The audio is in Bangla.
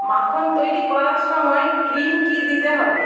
মাখন তৈরি করার সময় ক্রিম কি দিতে